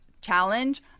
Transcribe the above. challenge